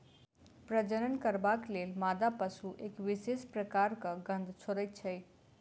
प्रजनन करबाक लेल मादा पशु एक विशेष प्रकारक गंध छोड़ैत छै